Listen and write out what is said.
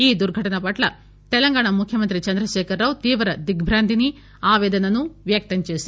ఈ దుర్ఘటన పట్ల తెలంగాణ ముఖ్యమంత్రి చంద్రశేఖర్ రావు తీవ్ర దిగ్ర్పాంతిని ఆపేదనను వ్యక్తంచేశారు